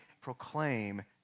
proclaim